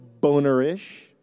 boner-ish